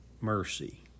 mercy